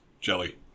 Jelly